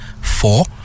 four